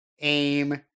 AIM